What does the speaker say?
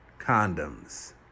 condoms